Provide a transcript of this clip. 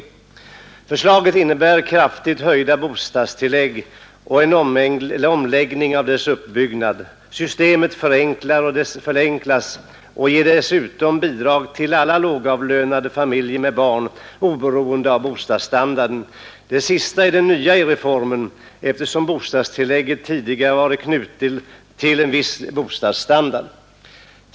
Vidare betyder det kraftigt höjda bostadstillägg och en omläggning av dessas uppbyggnad. Systemet förenklas och ger dessutom bidrag till alla lågavlönade familjer med barn oberoende av bostadsstandarden. Det sistnämnda är det nya i reformen, eftersom bostadstillägget tidigare har varit knutet till en viss bostadsstandard.